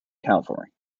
cavalry